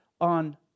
on